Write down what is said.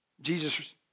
Jesus